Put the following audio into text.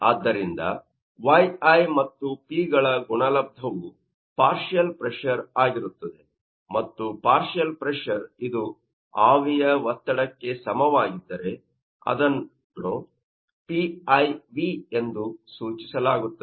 ಆದ್ದರಿಂದ yi ಮತ್ತು p ಗಳ ಗುಣಲಬ್ಧವು ಪಾರ್ಷಿಯಲ್ ಪ್ರೆಶರ್ ಆಗಿರುತ್ತದೆ ಮತ್ತು ಪಾರ್ಷಿಯಲ್ ಪ್ರೆಶರ್ ಇದು ಆವಿಯ ಒತ್ತಡಕ್ಕೆ ಸಮವಾಗಿದ್ದರೆ ಅನ್ನು Piv ಎಂದು ಸೂಚಿಸಲಾಗುತ್ತದೆ